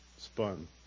spun